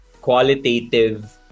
qualitative